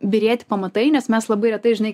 byrėti pamatai nes mes labai retai žinai